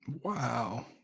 Wow